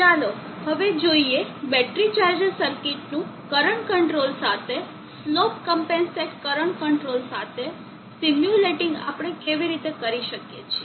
ચાલો હવે જોઈએ બેટરી ચાર્જર સર્કિટનું કરંટ કંટ્રોલ સાથે સ્લોપ ક્મ્પેન્સેટ કરંટ કંટ્રોલ સાથે સિમ્યુલેટીંગ આપણે કેવી રીતે કરીએ છીએ